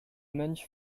mönch